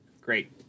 Great